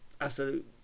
absolute